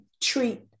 treat